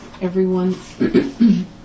everyone